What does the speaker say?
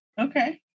Okay